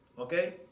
Okay